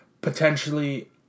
potentially